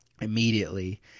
immediately